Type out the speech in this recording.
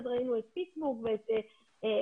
ראינו את פיטסבורג וכולי.